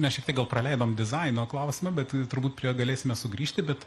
mes šiek tiek gal praleidom dizaino klausimą bet turbūt prie galėsime sugrįžti bet